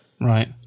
Right